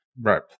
Right